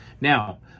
Now